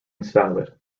salad